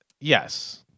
Yes